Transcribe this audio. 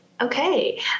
Okay